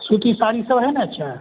सूती साड़ी सब है न अच्छा